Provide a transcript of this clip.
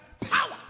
power